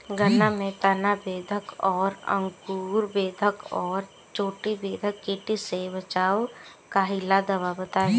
गन्ना में तना बेधक और अंकुर बेधक और चोटी बेधक कीट से बचाव कालिए दवा बताई?